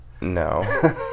No